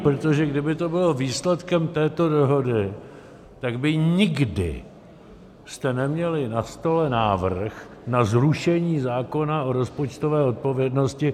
Protože kdyby to bylo výsledkem této dohody, tak byste nikdy neměli na stole návrh na zrušení zákona o rozpočtové odpovědnosti.